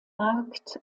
markt